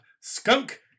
Skunk